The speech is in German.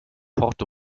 port